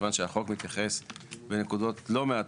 כיוון שהחוק מתייחס בנקודות לא מעטות,